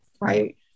right